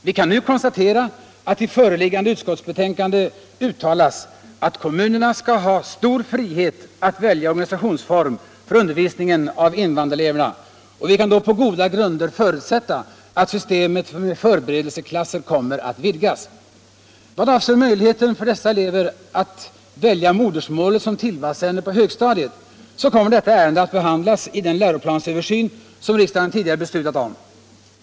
Vi kan nu konstatera att i föreliggande utskottsbetänkande uttalas att kommunerna skall ha stor frihet att välja organisationsform för undervisningen av invandrareleverna, och vi kan då på goda grunder förutsätta att systemet med förberedelseklasser kommer att vidgas. Vad avser möjligheten för dessa elever att välja modersmålet som tillvalsämne på högstadiet, så kommer detta ärende att behandlas i den läroplansöversyn som riksdagen tidigare beslutat om.